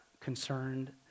concerned